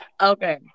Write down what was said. Okay